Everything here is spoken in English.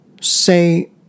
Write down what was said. say